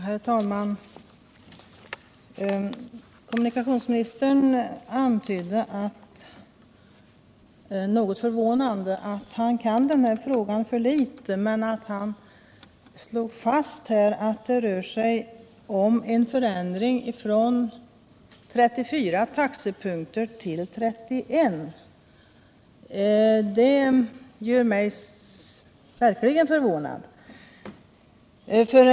Herr talman! Bo Turesson antyder något förvånande att han kunde den här frågan för litet, men han slog fast att det här rörde sig om en förändring från 34 taxepunkter till 31. Detta gör mig verkligen förvånad.